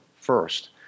first